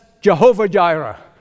Jehovah-Jireh